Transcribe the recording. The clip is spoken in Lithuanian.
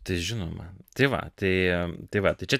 tai žinoma tai va tai tai va tai čia